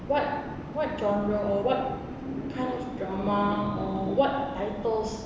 what what genre or what kind of drama or what titles